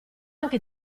anche